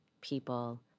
People